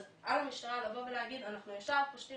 אז על המשטרה לבוא ולהגיד: אנחנו ישר מחפשים